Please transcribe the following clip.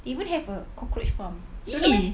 they even have a cockroach form you don't know meh